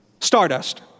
Stardust